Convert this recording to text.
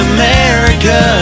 America